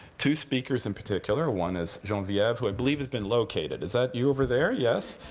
two speakers in particular. one is genevieve, who i believe has been located. is that you over there? yes?